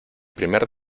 primer